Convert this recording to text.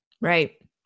Right